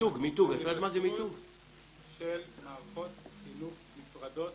--- של מערכות חינוך נפרדות